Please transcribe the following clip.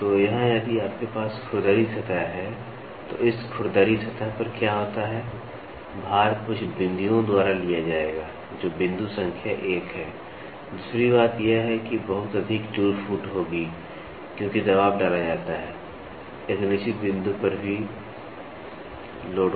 तो यहाँ यदि आपके पास खुरदरी सतह है तो इस खुरदरी सतह पर क्या होता है भार कुछ बिंदुओं द्वारा लिया जाएगा जो बिंदु संख्या एक हैं दूसरी बात यह है कि बहुत अधिक टूट फूट होगी क्योंकि दबाव डाला जाता है एक निश्चित बिंदु पर भी लोड